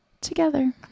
together